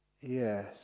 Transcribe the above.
Yes